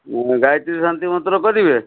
ନା ଗାୟତ୍ରୀ ଶାନ୍ତି ମନ୍ତ୍ର କରିବେ